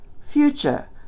Future